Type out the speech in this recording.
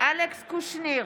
אלכס קושניר,